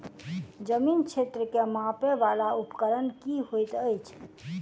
जमीन क्षेत्र केँ मापय वला उपकरण की होइत अछि?